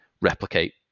replicate